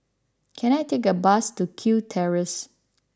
can I take a bus to Kew Terrace